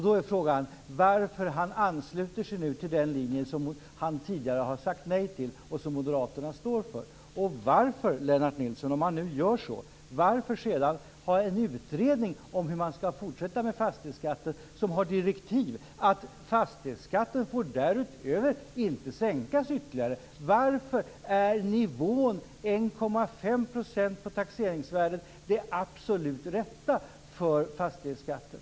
Då är frågan varför han nu ansluter sig till den linje som han tidigare har sagt nej till och som Moderaterna står för. Om man nu gör så, Lennart Nilsson, varför sedan ha en utredning om hur man skall fortsätta med fastighetsskatten som har direktiv att fastighetsskatten därutöver inte får sänkas ytterligare? Varför är nivån på 1,5 % på taxeringsvärdet den absolut rätta för fastighetsskatten?